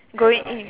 going in